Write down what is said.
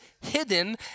hidden